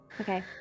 Okay